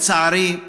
לצערי,